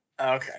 Okay